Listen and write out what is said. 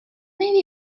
maybe